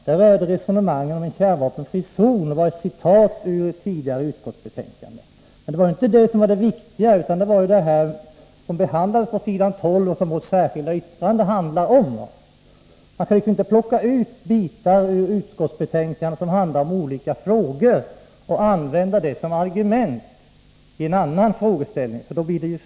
Men resonemanget där rör sig om en kärnvapenfri zon och är ett citat ur ett tidigare utskottsbetänkande. Men det var inte det som var det viktiga, utan det var det som behandlas på s. 12 och som vårt särskilda yttrande handlar om. Försök inte plocka ut bitar ur utskottsbetänkandet som handlar om helt andra frågor och använda det som argument i en annan frågeställning!